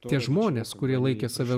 tie žmonės kurie laikė save